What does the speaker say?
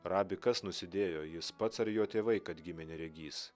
rabi kas nusidėjo jis pats ar jo tėvai kad gimė neregys